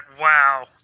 Wow